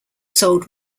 sold